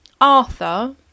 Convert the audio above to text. Arthur